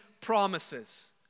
promises